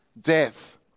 death